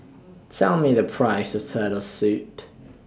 Tell Me The Price of Turtle Soup